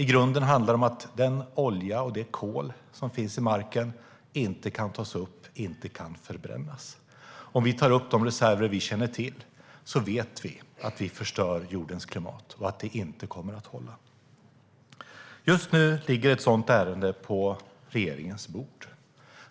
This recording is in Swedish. I grunden handlar det om att den olja och det kol som finns i marken inte kan tas upp och förbrännas. Om vi tar upp de reserver vi känner till vet vi att vi förstör jordens klimat och att det inte kommer att hålla. Just nu ligger ett sådant ärende på regeringens bord.